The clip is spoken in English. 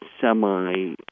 semi